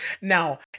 now